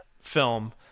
film